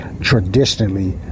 traditionally